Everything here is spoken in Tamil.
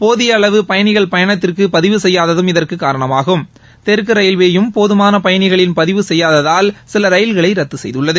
போதிய அளவு பயணிகள் பயணத்திற்கு பதிவு செய்யாததும் இதற்கு காரணமாகும் தெற்கு ரயில்வேயும் போதுமான பயணிகளின் பதிவு செய்யாததால் சில ரயில்களை ரத்து செய்துள்ளது